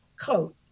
coat